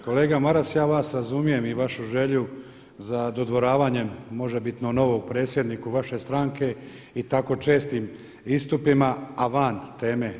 Kolega Maras ja vas razumijem i vašu želju za dodvoravanjem možebitno novom predsjedniku vaše stranke i tako čestim istupima, a van teme.